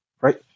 right